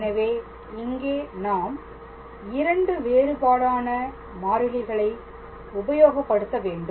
எனவே இங்கே நாம் 2 வேறுபாடான மாறிலிகளை உபயோகப்படுத்த வேண்டும்